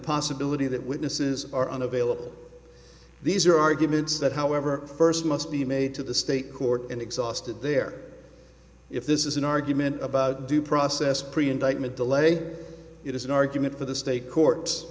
possibility that witnesses are unavailable these are arguments that however first must be made to the state court and exhausted there if this is an argument about due process pre indictment delay it is an argument for the state court